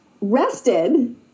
rested